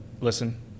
Listen